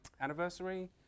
Anniversary